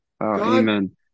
amen